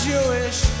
Jewish